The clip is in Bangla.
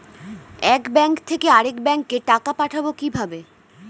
এক ব্যাংক থেকে আরেক ব্যাংকে টাকা পাঠাবো কিভাবে?